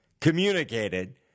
communicated